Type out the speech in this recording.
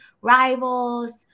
rivals